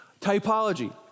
Typology